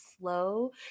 slow